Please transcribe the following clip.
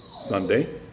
Sunday